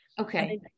Okay